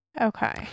Okay